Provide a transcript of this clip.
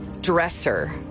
dresser